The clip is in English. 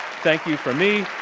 thank you from me,